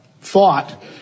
thought